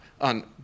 on